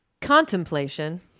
Contemplation